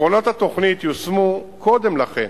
עקרונות התוכנית יושמו קודם לכן,